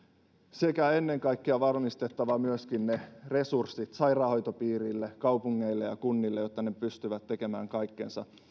sekä ennen kaikkea on varmistettava myöskin resurssit sairaanhoitopiirille kaupungeille ja kunnille jotta ne pystyvät tekemään kaikkensa